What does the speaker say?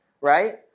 right